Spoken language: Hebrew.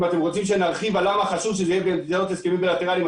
אם אתם רוצים שנרחיב למה חשוב שזה יהיה במסגרת הסכמים בילטרליים,